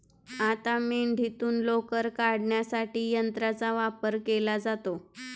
आता मेंढीतून लोकर काढण्यासाठी यंत्राचा वापर केला जातो